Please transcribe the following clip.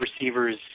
receivers